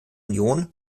union